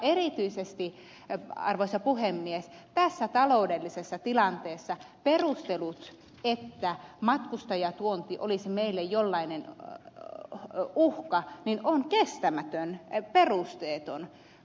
erityisesti arvoisa puhemies tässä taloudellisessa tilanteessa perustelu että matkustajatuonti olisi meille jonkinlainen uhka on kestämätön perusteeton